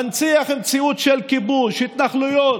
מנציח מציאות של כיבוש, התנחלויות,